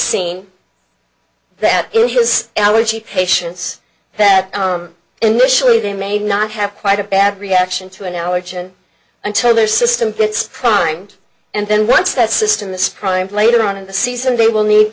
seen that is allergy patients that initially they may not have quite a bad reaction to an allergen until their system gets primed and then once that system this primes later on in the season they will need